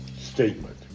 statement